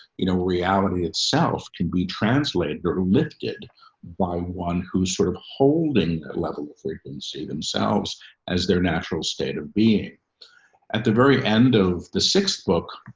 you know, reality itself can be translated or lifted by one who sort of holding that level of frequency themselves as their natural state of being at the very end of the sixth book,